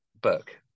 book